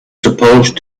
supposed